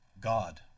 God